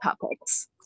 topics